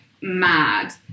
mad